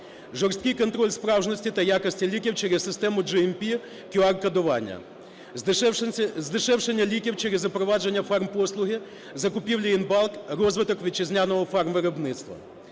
жорсткий контроль справжності та якості ліків через систему GMP, QR-кодування; здешевлення ліків через запровадження фармпослуги, закупівлі in bulk; розвиток вітчизняного фармвиробництва.